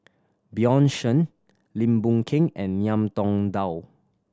Bjorn Shen Lim Boon Keng and Ngiam Tong Dow